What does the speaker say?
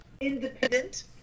independent